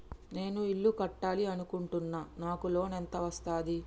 నేను ఇల్లు కట్టాలి అనుకుంటున్నా? నాకు లోన్ ఎంత వస్తది?